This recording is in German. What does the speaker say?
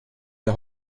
der